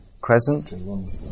Crescent